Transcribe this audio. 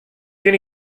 kin